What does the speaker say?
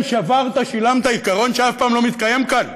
"שברת, שילמת" הוא עיקרון שאף פעם לא מתקיים כאן,